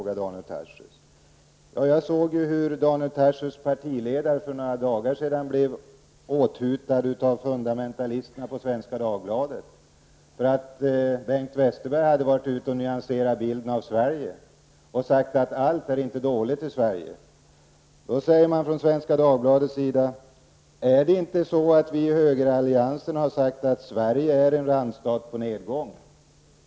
Jag har ju sett hur Daniel Tarschys partiledare för några dagar sedan blev åthutad av fundamentalisterna på Svenska Dagbladet. Bengt Westerberg hade försökt nyanserat bilden av Sverige och sagt att allt i Sverige inte är dåligt. Då sade man från Svenska Dagbladets sida: Är det inte så att vi inom högeralliansen har sagt att Sverige är en randstat på nedgång?